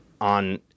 on